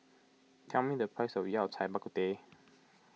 tell me the price of Yao Cai Bak Kut Teh